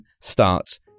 starts